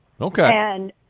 Okay